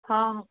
ହଁ